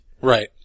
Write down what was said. Right